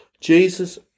Jesus